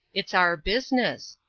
it's our business.